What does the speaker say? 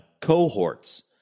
cohorts